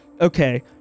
okay